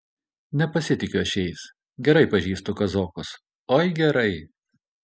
nepasitikiu aš jais gerai pažįstu kazokus oi gerai